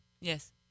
Yes